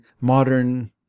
modern